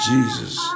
Jesus